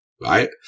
Right